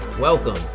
Welcome